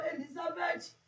Elizabeth